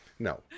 No